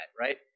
right